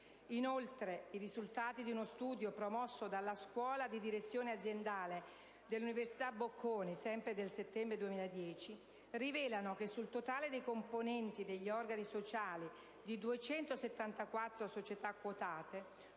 Inoltre, i risultati di uno studio promosso dalla Scuola di direzione aziendale dell'Università Bocconi, del settembre 2010, rivelano che, sul totale dei componenti degli organi sociali di 274 società quotate,